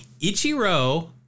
Ichiro